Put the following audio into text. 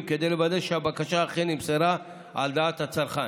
כדי לוודא שהבקשה אכן נמסרה על דעת הצרכן.